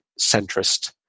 centrist